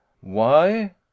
Why